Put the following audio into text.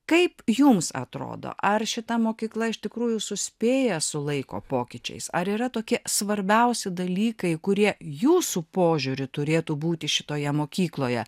kaip jums atrodo ar šita mokykla iš tikrųjų suspėja su laiko pokyčiais ar yra tokie svarbiausi dalykai kurie jūsų požiūriu turėtų būti šitoje mokykloje